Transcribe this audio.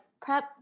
prep